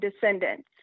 descendants